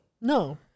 No